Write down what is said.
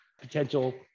potential